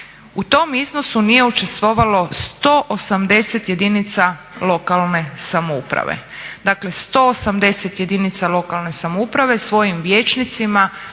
u tom iznosu nije učestvovalo 180 jedinica lokalne samouprave. Dakle 180 jedinica lokalne samouprave svojim vijećnicima